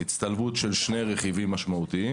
הצטלבות של שני רכיבים משמעותיים